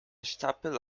stapel